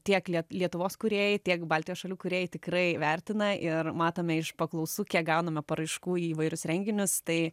tiek lie lietuvos kūrėjai tiek baltijos šalių kūrėjai tikrai vertina ir matome iš paklausų kiek gauname paraiškų į įvairius renginius tai